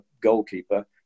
goalkeeper